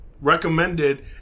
Recommended